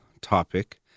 topic